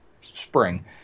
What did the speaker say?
spring